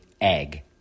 Egg